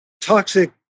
toxic